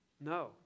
No